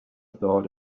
thought